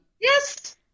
yes